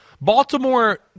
Baltimore